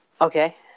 Okay